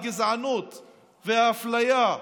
הגזענות והאפליה,